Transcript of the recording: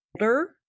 older